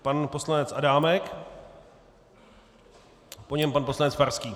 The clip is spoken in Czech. Pan poslanec Adámek, po něm pan poslanec Farský.